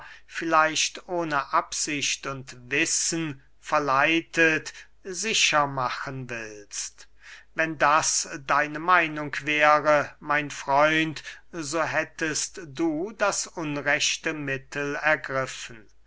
vielleicht ohne absicht und wissen verleitet sicher machen willst wenn das deine meinung wäre mein freund so hättest du das unrechte mittel ergriffen